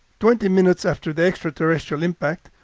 twenty minutes after the extraterrestrial impact,